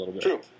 True